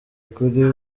kuri